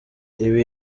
ibi